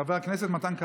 חבר הכנסת מתן כהנא.